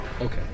Okay